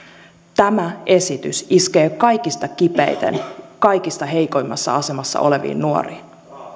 tämä esitys iskee kaikista kipeiten kaikista heikoimmassa asemassa oleviin nuoriin